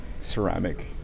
ceramic